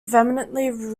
vehemently